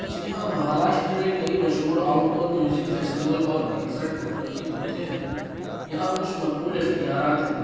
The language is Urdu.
جی ہاں مہاراشٹر میں کئی مشہور آؤٹ ڈور میوزک فیسٹول اور کنسرٹ منعقد ہوتے ہیں یہاں کچھ مقبول اختیارات ہیں